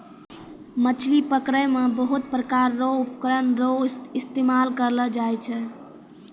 मछली पकड़ै मे बहुत प्रकार रो उपकरण रो इस्तेमाल करलो जाय छै